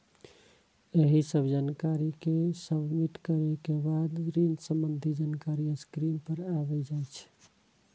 एहि सब जानकारी कें सबमिट करै के बाद ऋण संबंधी जानकारी स्क्रीन पर आबि जाइ छै